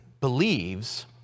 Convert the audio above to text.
believes